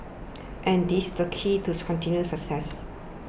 and this the key to continued success